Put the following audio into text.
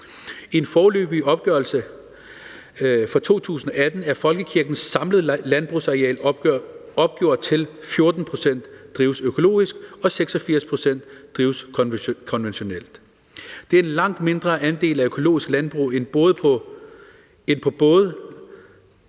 I en foreløbig opgørelse fra 2018 er folkekirkens samlede landbrugsareal opgjort til, at 14 pct. drives økologisk, og 86 pct. drives konventionelt. Det er en langt mindre andel økologisk landbrug end på både